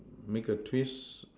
make a twist